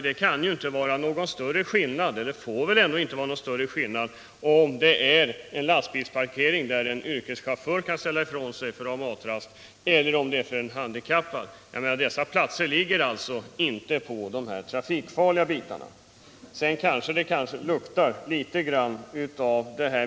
Det får väl ändå inte vara någon större skillnad om det gäller en lastbilsparkering, där en lastbilschaufför kan ställa ifrån sig bilen för att ta matrast, eller om det gäller en parkeringsplats för handikappade.